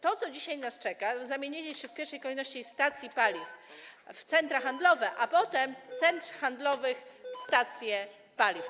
To, co dzisiaj nas czeka, to zamienienie się w pierwszej kolejności stacji paliw w centra handlowe, a potem centr handlowych w stacje paliw.